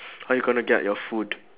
how you gonna get your food